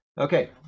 Okay